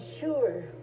sure